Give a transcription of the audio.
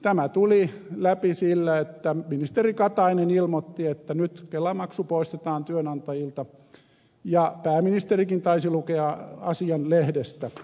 tämä tuli läpi sillä että ministeri katainen ilmoitti että nyt kelamaksu poistetaan työnantajilta ja pääministerikin taisi lukea asian lehdestä